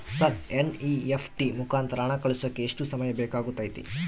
Sir NEFT ಮುಖಾಂತರ ಹಣ ಕಳಿಸೋಕೆ ಎಷ್ಟು ಸಮಯ ಬೇಕಾಗುತೈತಿ?